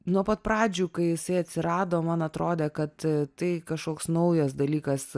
nuo pat pradžių kai jisai atsirado man atrodė kad tai kažkoks naujas dalykas